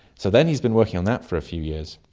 so then he's been working on that for a few years,